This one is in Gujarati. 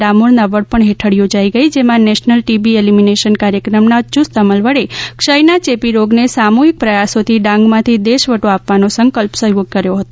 ડામોરના વડપણ હેઠળ યોજાઈ ગઈ જેમાં નેશનલ ટીબી એલિમિનેશન કાર્યક્રમ ના યુસ્ત અમલ વડે ક્ષયના ચેપી રોગને સામુહિક પ્રયાસોથી ડાંગ માથી દેશવટો આપવાનો સંકલ્પ સૌ કર્યો હતો